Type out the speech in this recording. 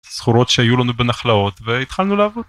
זכורות שהיו לנו בנחלאות והתחלנו לעבוד.